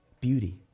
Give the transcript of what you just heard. beauty